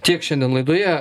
tiek šiandien laidoje